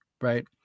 Right